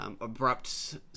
Abrupt